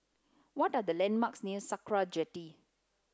what are the landmarks near Sakra Jetty